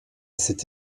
cet